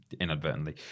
inadvertently